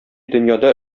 дөньяда